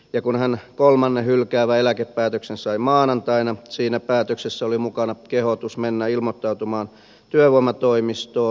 ja kun hän kolmannen hylkäävän eläkepäätöksen sai maanantaina siinä päätöksessä oli mukana kehotus mennä ilmoittautumaan työvoimatoimistoon